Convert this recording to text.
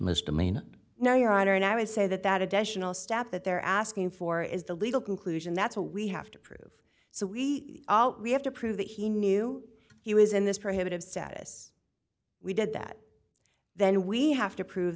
misdemeanor now your honor and i would say that that additional step that they're asking for is the legal conclusion that's what we have to prove so we we have to prove that he knew he was in this prohibitive status we did that then we have to prove